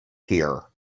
here